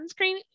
sunscreen